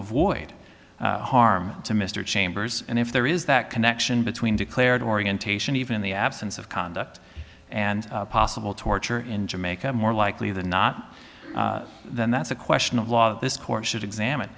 avoid harm to mr chambers and if there is that connection between declared orientation even the absence of conduct and possible torture in jamaica more likely than not then that's a question of law that this court should examine